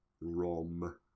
Rom